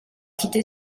quitté